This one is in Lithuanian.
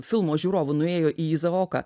filmo žiūrovų nuėjo į izaoką